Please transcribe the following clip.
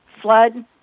flood